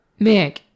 Mick